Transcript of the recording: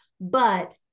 but-